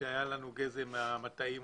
שהיה לנו גזם מהמטעים,